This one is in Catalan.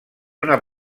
una